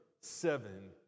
seven